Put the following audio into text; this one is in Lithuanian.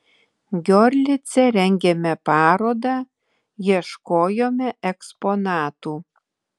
giorlice rengėme parodą ieškojome eksponatų